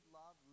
love